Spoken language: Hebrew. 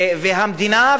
והמדינה,